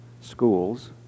schools